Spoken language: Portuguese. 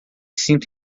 sinto